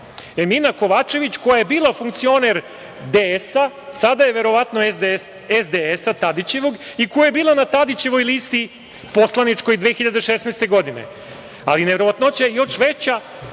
Emina Kovačević koja je bila funkcioner DS, sada je verovatno SDS-a Tadićevog i koja je bila na Tadićevoj poslaničkoj listi 2016. godine. Neverovatnoća je još veća